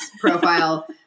profile